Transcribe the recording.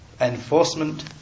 enforcement